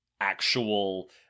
actual